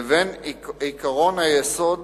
לבין עקרון היסוד